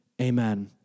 Amen